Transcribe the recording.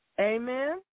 Amen